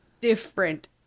different